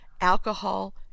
alcohol